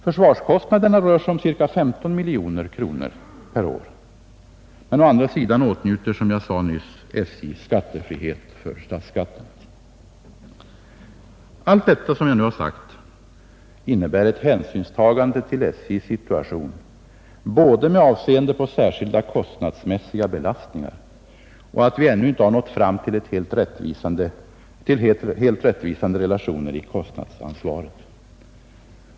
Försvarskostnaderna rör sig om ca 15 miljoner kronor per år. Men å andra sidan är SJ, som jag sade nyss, befriad från statsskatten. Allt det som jag nu har anfört innebär ett hänsynstagande till SJ:s situation med avseende på både särskilda kostnadsmässiga belastningar och att vi ännu inte har nått fram till helt rättvisande relationer i kostnadsansvaret.